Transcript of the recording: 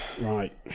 right